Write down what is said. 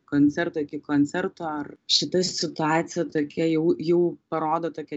koncerto iki koncerto ar šita situacija tokia jau jau parodo tokią